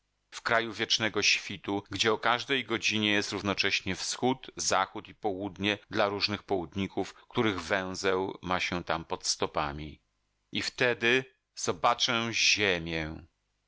w kraju wiecznego świtu gdzie o każdej godzinie jest równocześnie wschód zachód i południe dla różnych południków których węzeł ma się tam pod stopami i wtedy zobaczę ziemię po